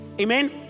Amen